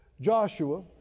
Joshua